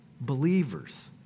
believers